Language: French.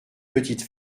petite